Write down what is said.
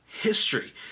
history